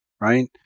right